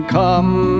come